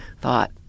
thought